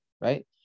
right